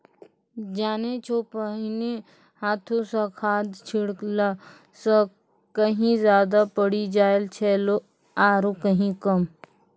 जानै छौ पहिने हाथों स खाद छिड़ला स कहीं ज्यादा पड़ी जाय छेलै आरो कहीं कम